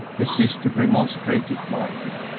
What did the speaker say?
his sister remonstrated, mildly.